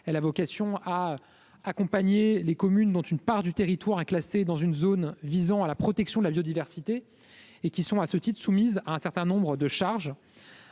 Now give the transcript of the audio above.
Elle a vocation à accompagner les communes dont une part du territoire est classée dans une zone visant à la protection de la biodiversité et qui sont, à ce titre, soumises à un certain nombre de charges.